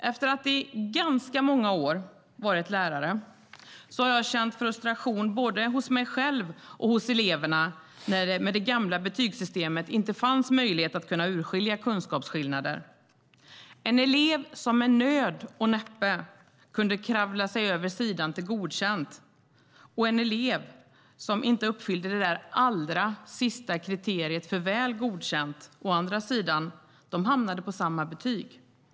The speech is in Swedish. Efter att i ganska många år varit lärare har jag känt frustration både hos mig själv och hos eleverna när det med det gamla betygssystemet inte fanns möjlighet att kunna urskilja kunskapsskillnader. En elev som med nöd och näppe kunde kravla sig över till Godkänd å ena sidan och en elev som inte riktigt uppfyllde det där sista kriteriet för Väl godkänd å andra sidan hamnade på samma betyg.